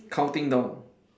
counting down